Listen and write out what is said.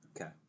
Okay